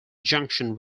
junction